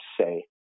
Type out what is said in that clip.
say